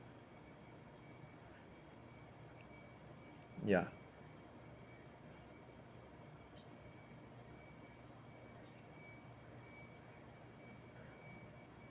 ya